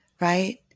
right